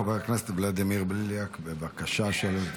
חבר הכנסת ולדימיר בליאק, בבקשה.